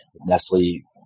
Nestle